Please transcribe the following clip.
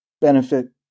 benefit